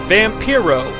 Vampiro